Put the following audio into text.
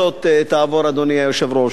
לסדר-היום.